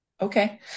okay